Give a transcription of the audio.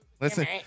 Listen